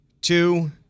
two